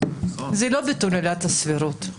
זה לא ביטול עילת הסבירות,